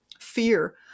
fear